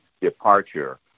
departure